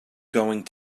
going